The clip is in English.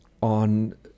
on